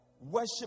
worship